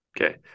Okay